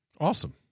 awesome